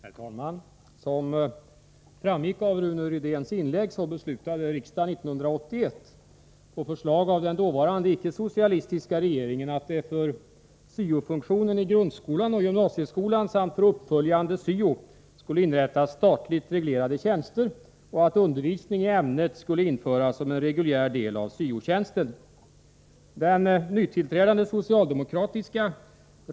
Herr talman! Som framgick av Rune Rydéns inlägg beslutade riksdagen 1981 på förslag av den dåvarande icke-socialistiska regeringen att det för syo-funktionen i grundskolan och gymnasieskolan samt för uppföljande syo skulle inrättas statligt reglerade tjänster och att undervisning i ämnet skulle införas som en reguljär del av syo-tjänsten.